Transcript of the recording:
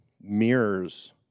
mirrors